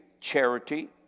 charity